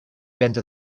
venda